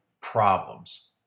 problems